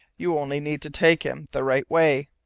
you only need to take him the right way!